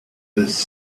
this